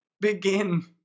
begin